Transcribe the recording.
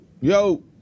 Yo